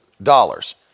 Dollars